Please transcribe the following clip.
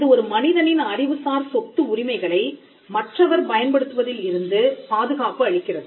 இது ஒரு மனிதனின் அறிவுசார் சொத்து உரிமைகளை மற்றவர் பயன்படுத்துவதில் இருந்து பாதுகாப்பு அளிக்கிறது